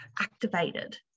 activated